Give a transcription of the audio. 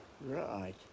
Right